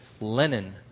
Lenin